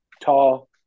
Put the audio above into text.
Tall